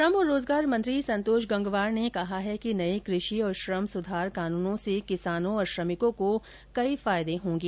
श्रम और रोजगार मंत्री संतोष गंगवार ने कहा है कि नए कृषि और श्रम सुधार कानूनों से किसानों और श्रमिकों को अनेक लाभ होंगे